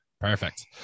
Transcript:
Perfect